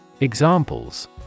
Examples